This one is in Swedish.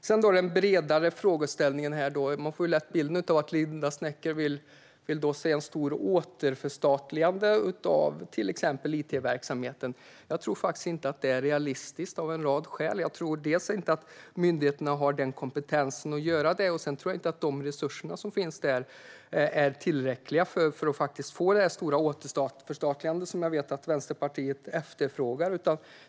När det gäller den bredare frågeställningen får man lätt bilden att Linda Snecker vill se ett stort återförstatligande av till exempel it-verksamheten. Jag tror inte att detta är realistiskt, av en rad skäl. Jag tror inte att myndigheterna har kompetens att göra detta, och jag tror inte att de resurser som finns där är tillräckliga för att få det stora återförstatligande som jag vet att Vänsterpartiet efterfrågar.